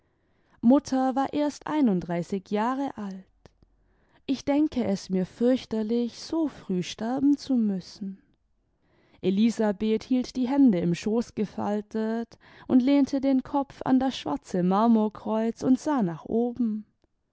mutter war erst einunddreißig jahre alt ich denke es mir fürchterlich so früh sterben zu müssen elisabeth hielt die hände im schoß gefaltet und lehnte den kopf an das schwarze marmorkreuz und sah nach oben